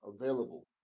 available